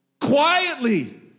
quietly